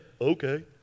okay